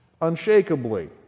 unshakably